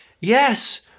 Yes